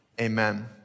amen